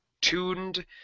tuned